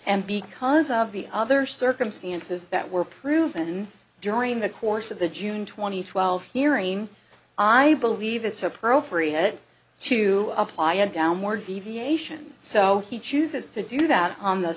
and because of the other circumstances that were proven during the course of the june two thousand and twelve hearing i believe it's appropriate to apply a downward deviation so he chooses to do that on the